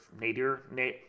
Nadir